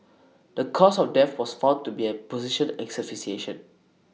the cause of death was found to be A positional asphyxiation